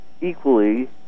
Equally